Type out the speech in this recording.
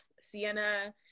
Sienna